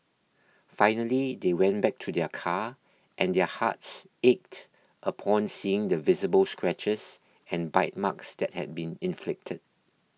finally they went back to their car and their hearts ached upon seeing the visible scratches and bite marks that had been inflicted